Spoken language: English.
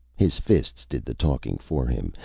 his fists did the talking for him,